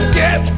get